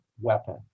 weapon